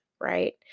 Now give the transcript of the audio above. right